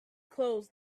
close